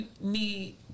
need